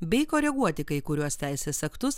bei koreguoti kai kuriuos teisės aktus